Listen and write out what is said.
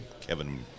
kevin